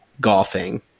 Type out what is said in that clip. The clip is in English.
golfing